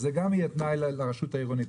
זה גם יהיה תנאי לרשות העירונית.